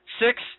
Six